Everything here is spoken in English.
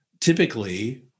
typically